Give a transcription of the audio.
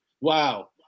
Wow